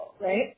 right